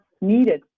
needed